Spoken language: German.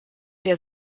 der